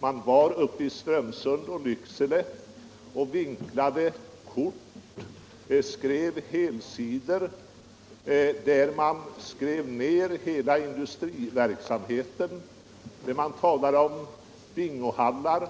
Man var uppe i Strömsund och Lycksele och gjorde vinklade helsidesartiklar, där man skrev ner hela industricenterverksamheten och talade om bingohallar,